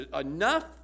enough